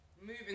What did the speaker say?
moving